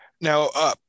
Now